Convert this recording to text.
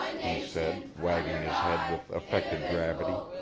he said, wagging his head with affected gravity.